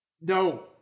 No